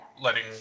letting